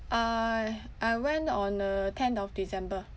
I I went on uh tenth of december